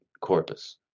corpus